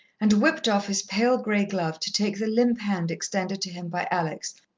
and whipped off his pale grey glove to take the limp hand extended to him by alex,